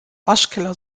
waschkeller